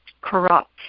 corrupt